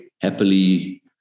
happily